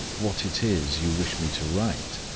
what it is you wish me to write?